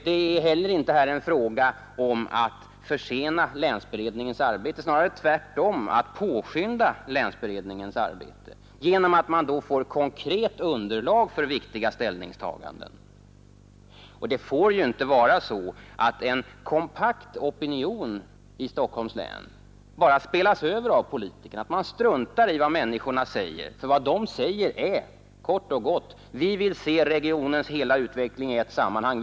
Det är heller här inte en fråga om att försena länsberedningens arbete, det är snarare tvärtom fråga om att påskynda länsberedningens arbete genom att man då får ett konkret underlag för viktiga ställningstaganden. Det får inte vara så att en kompakt opinion i Stockholms län bara spelas över av politikerna, att man struntar i vad människorna säger. Vad dessa säger är kort och gott: ”Vi vill se regionens hela utveckling i ett sammanhang.